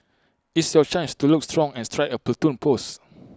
it's your chance to look strong and strike A Platoon pose